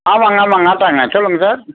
ஆமாங்க ஆமா ஆட்டோங்க சொல்லுங்க சார்